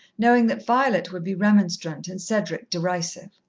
knowing that violet would be remonstrant and cedric derisive.